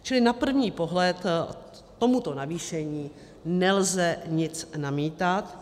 Čili na první pohled k tomuto navýšení nelze nic namítat.